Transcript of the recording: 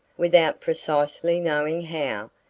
without precisely knowing how,